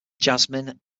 jasmine